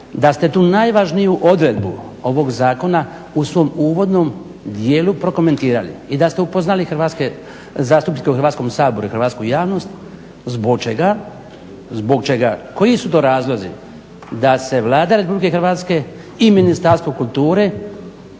da ste tu najvažniju odredbu ovog Zakona u svom uvodnom dijelu prokomentirali i da ste upoznali zastupnike u Hrvatskom saboru i hrvatsku javnost zbog čega, koji su to razlozi da se Vlada Republike Hrvatske i Ministarstvo kulture